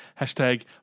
Hashtag